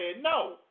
No